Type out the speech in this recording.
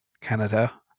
Canada